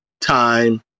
time